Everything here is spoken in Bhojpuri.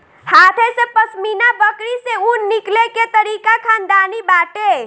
हाथे से पश्मीना बकरी से ऊन निकले के तरीका खानदानी बाटे